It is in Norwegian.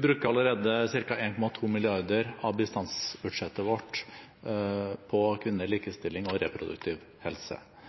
bruker allerede ca. 1,2 mrd. kr av bistandsbudsjettet vårt på kvinner, likestilling og reproduktiv helse.